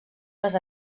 les